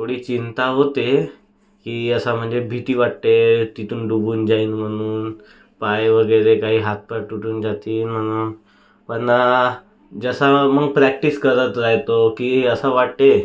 थोडी चिंता होते की असा म्हणजे भीती वाटते तिथून बुडून जाईन म्हणून पाय वगैरे काही हात पाय तुटून जातील म्हणून पण जसा मग प्रॅक्टिस करत राहतो की असं वाटते